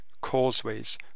causeways